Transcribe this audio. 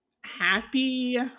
happy